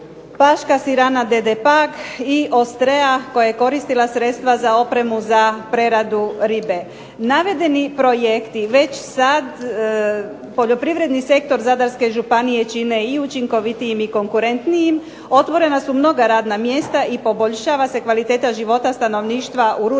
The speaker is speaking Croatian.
Paška sirana d.d. Pag i Ostrea koja je koristila sredstva za opremu za preradu ribe. Navedeni projekti već sada poljoprivredni sektor Zadarske županije čine i učinkovitijim i konkurentnijim, otvorena su mnoga radna mjesta i poboljšava se kvaliteta života stanovništva u ruralnom